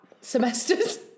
semesters